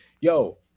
yo